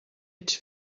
ets